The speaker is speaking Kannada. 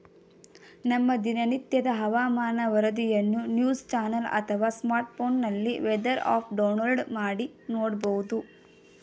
ನಮ್ಮ ದಿನನಿತ್ಯದ ಹವಾಮಾನ ವರದಿಯನ್ನು ನ್ಯೂಸ್ ಚಾನೆಲ್ ಅಥವಾ ಸ್ಮಾರ್ಟ್ಫೋನ್ನಲ್ಲಿ ವೆದರ್ ಆಪ್ ಡೌನ್ಲೋಡ್ ಮಾಡಿ ನೋಡ್ಬೋದು